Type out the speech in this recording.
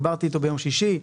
דיברתי איתו ביום שישי.